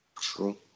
True